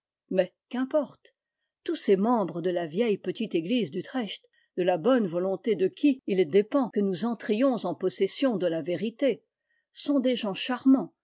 mais qu'importe tous ces membres de la vieille petite église d'utrecht de la bonne volonté de qui il dépend que nous entrions en possession de la vérité sont des gens charmants